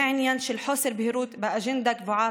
זה העניין של חוסר בהירות באג'נדה קבועה